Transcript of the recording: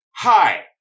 Hi